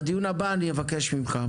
בדיון הבא אני אבקש ממך,